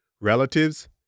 relatives